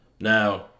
Now